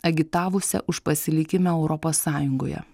agitavusią už pasilikimą europos sąjungoje